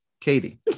Katie